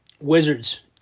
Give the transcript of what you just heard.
Wizards